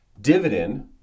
dividend